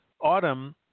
Autumn